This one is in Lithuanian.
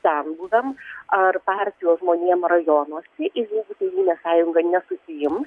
senbuviams ar partijos žmonėm rajonuose jeigu tėvynės sąjunga nesusiims